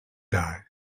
die